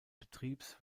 betriebs